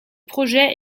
projet